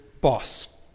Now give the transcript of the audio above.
boss